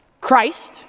Christ